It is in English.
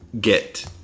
get